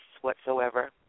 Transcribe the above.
whatsoever